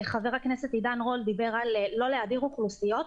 וחבר הכנסת עידן רול דיבר על לא להדיר אוכלוסיות.